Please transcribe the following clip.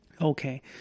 Okay